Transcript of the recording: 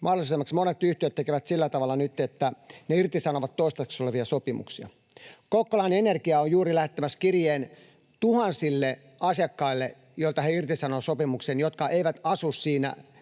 mahdollistamiseksi monet yhtiöt tekevät nyt sillä tavalla, että ne irtisanovat toistaiseksi voimassa olevia sopimuksia. Kokkolan Energia on juuri lähettämässä kirjeen tuhansille asiakkaille, jotka eivät asu siinä sähkön